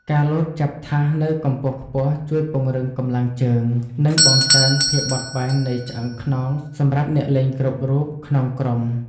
ការលោតចាប់ថាសនៅកម្ពស់ខ្ពស់ជួយពង្រឹងកម្លាំងជើង និងបង្កើនភាពបត់បែននៃឆ្អឹងខ្នងសម្រាប់អ្នកលេងគ្រប់រូបក្នុងក្រុម។